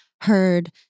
heard